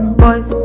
boys